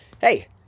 hey